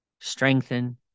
strengthen